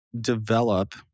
develop